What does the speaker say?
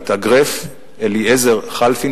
המתאגרף אליעזר חלפי,